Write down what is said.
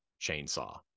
chainsaw